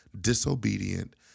disobedient